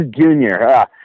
Junior